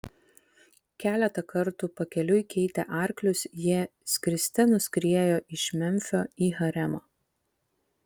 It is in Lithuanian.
keletą kartų pakeliui keitę arklius jie skriste nuskriejo iš memfio į haremą